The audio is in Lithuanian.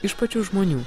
iš pačių žmonių